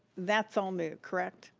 that's all new, correct?